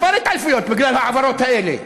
כמה התעלפויות בגלל ההעברות האלה.